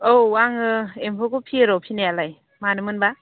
औ आङो एम्फौखौ फिसियो र' फिसिनायालाय मानो मोनबा